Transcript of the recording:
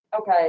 Okay